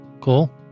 Cool